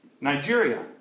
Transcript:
Nigeria